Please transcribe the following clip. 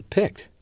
picked